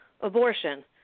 abortion